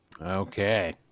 Okay